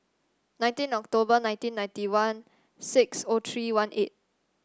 nineteen October nineteen ninety one six O three one eight